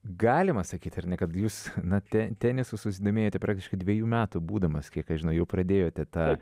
galima sakyti ir ne kad jūs na te tenisu susidomėjote praktiškai dvejų metų būdamas kiek aš žinau jau pradėjote tą